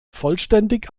vollständig